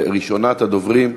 ראשונת הדוברים,